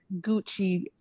Gucci